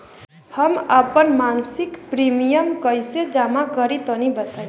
हम आपन मसिक प्रिमियम कइसे जमा करि तनि बताईं?